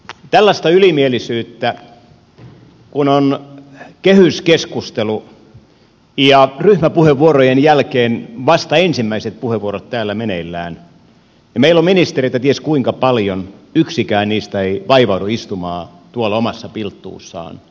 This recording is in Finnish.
tällaista ylimielisyyttä kun on kehyskeskustelu ja ryhmäpuheenvuorojen jälkeen vasta ensimmäiset puheenvuorot täällä meneillään ja meillä on ministereitä ties kuinka paljon yksikään heistä ei vaivaudu istumaan tuolla omassa pilttuussaan